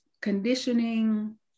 conditioning